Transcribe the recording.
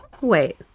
Wait